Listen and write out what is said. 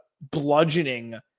bludgeoning